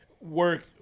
work